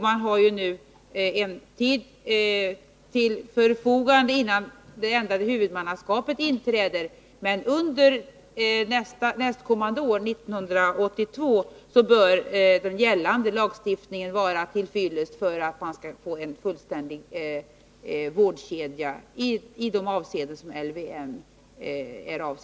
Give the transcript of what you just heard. Man har nu en viss tid till förfogande, innan det ändrade huvudmannaskapet inträder, men under nästkommande år, 1982, bör den gällande lagstiftningen vara till fyllest för att man skall få en fullständig vårdkedja i de avseenden som gäller LVM.